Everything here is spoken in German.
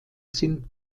sind